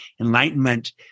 enlightenment